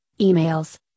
emails